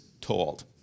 told